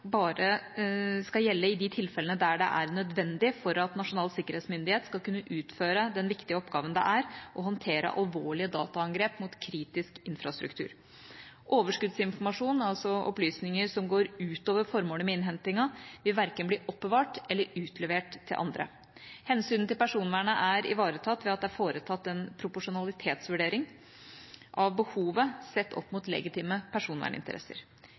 bare skal gjelde i de tilfellene der det er nødvendig for at Nasjonal sikkerhetsmyndighet skal kunne utføre den viktige oppgaven det er å håndtere alvorlige dataangrep mot kritisk infrastruktur. Overskuddsinformasjon, altså opplysninger som går utover formålet med innhentingen, vil verken bli oppbevart eller utlevert til andre. Hensynet til personvernet er ivaretatt ved at det er foretatt en proporsjonalitetsvurdering av behovet, sett opp mot legitime personverninteresser.